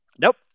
Nope